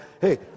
hey